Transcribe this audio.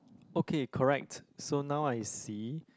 okay correct so now I see